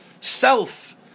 self